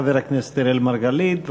חבר הכנסת אראל מרגלית,